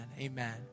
amen